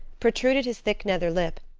protruded his thick nether lip,